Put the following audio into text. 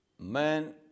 Man